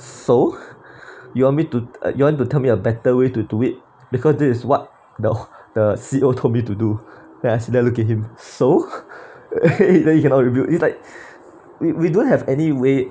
so you want me to uh you want to tell me a better way to do it because this is what the the C_O told me to do as delicate him so then you cannot reveal it's like we we don't have any way